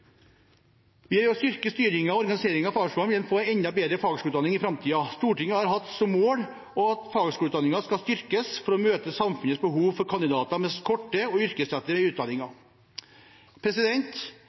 å styrke styringen og organiseringen av fagskolene vil en få en enda bedre fagskoleutdanning i framtiden. Stortinget har hatt som mål at fagskoleutdanningen skal styrkes for å møte samfunnets behov for kandidater med korte og yrkesrettede